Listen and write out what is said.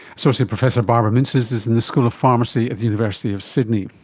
associate professor barbara mintzes is in the school of pharmacy at the university of sydney.